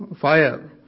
fire